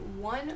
one